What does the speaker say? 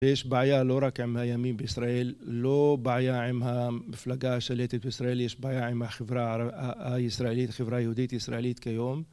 יש בעיה לא רק עם הימין בישראל, לא בעיה עם המפלגה השלטת בישראל, יש בעיה עם החברה הישראלית, החברה היהודית-ישראלית כיום.